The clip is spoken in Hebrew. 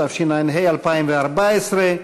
התשע"ה 2014,